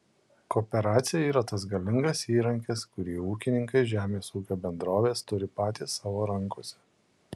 kooperacija yra tas galingas įrankis kurį ūkininkai žemės ūkio bendrovės turi patys savo rankose